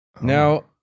Now